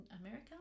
America